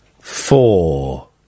Four